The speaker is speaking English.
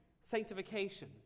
Sanctification